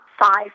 five